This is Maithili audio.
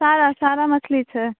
सारा सारा मछली छै